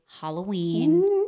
Halloween